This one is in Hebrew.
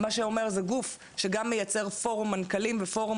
מה שאומר זה גוף שגם מייצר פורום מנכ"לים ופורום